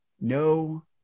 No